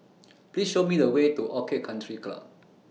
Please Show Me The Way to Orchid Country Club